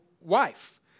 wife